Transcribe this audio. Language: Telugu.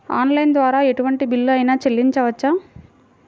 ఆన్లైన్ ద్వారా ఎటువంటి బిల్లు అయినా చెల్లించవచ్చా?